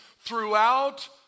throughout